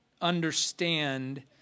understand